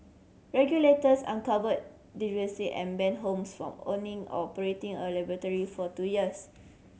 regulators uncover deficiency and ban Holmes from owning or operating a laboratory for two years